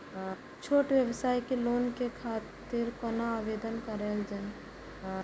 छोट व्यवसाय के लोन के खातिर कोना आवेदन कायल जाय?